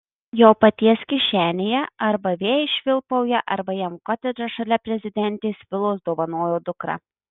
jo paties kišenėje arba vėjai švilpauja arba jam kotedžą šalia prezidentės vilos dovanojo dukra